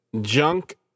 junk